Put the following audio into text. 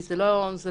זה לא אפשרי,